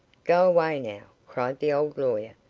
go away now, cried the old lawyer,